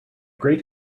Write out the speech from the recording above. great